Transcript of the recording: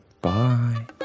Bye